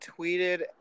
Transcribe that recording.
tweeted